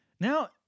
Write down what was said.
now